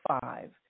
five